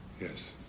Yes